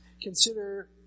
Consider